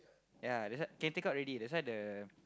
ya that's why can take out already that's why the